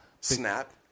snap